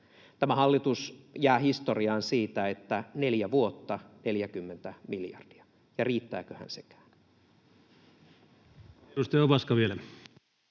Tämä hallitus jää historiaan siitä, että 4 vuotta, 40 miljardia. Ja riittääköhän sekään?